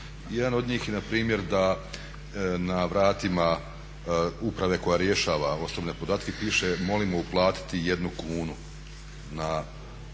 Jedan od njih je npr. da na vratima uprave koja rješava osobne podatke piše molimo uplatiti jednu kunu